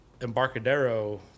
Embarcadero